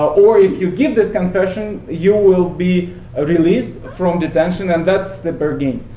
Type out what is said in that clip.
or if you give this confession, you will be ah released from detention, and that's the but